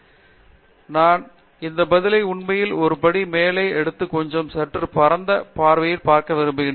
R Chakravarthy எனவே நான் இந்த பதிலை உண்மையில் ஒரு படி மேலே எடுத்து கொஞ்சம் சற்று பரந்த பார்வையை விரும்புகிறேன் என்று நினைக்கிறேன்